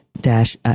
dash